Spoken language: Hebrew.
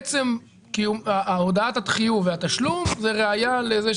עצם הודעת החיוב והתשלום הם ראיה לכך